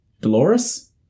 Dolores